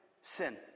sin